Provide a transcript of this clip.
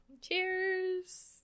Cheers